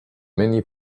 many